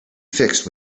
fixed